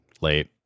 late